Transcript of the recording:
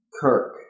Kirk